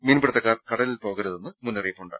മീൻപിടുത്തക്കാർ കടലിൽ പോക രുതെന്ന് മുന്നറിയിപ്പുണ്ട്